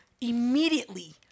immediately